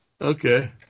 Okay